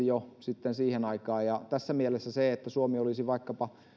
jo siihen aikaan olisi mahdollisimman valoisaa tässä mielessä se että suomi olisi vaikkapa